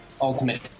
ultimate